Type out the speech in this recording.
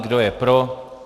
Kdo je pro?